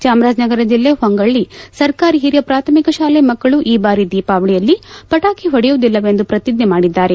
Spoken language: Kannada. ಚಾಮರಾಜನಗರ ಬಿಲ್ಲೆ ಹೊಂಗಳ್ಳಿ ಸರ್ಕಾರಿ ಹಿರಿಯ ಪ್ರಾಥಮಿಕ ಶಾಲೆಯ ಮಕ್ಕಳು ಈ ಬಾರಿ ದೀಪಾವಳಿಯಲ್ಲಿ ಪಟಾಕಿ ಹೊಡೆಯುವುದಿಲ್ಲವೆಂದು ಪ್ರತಿಜ್ಜೆ ಮಾಡಿದ್ದಾರೆ